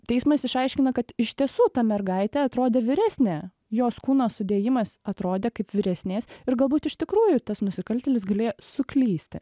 teismas išaiškina kad iš tiesų ta mergaitė atrodė vyresnė jos kūno sudėjimas atrodė kaip vyresnės ir galbūt iš tikrųjų tas nusikaltėlis galėjo suklysti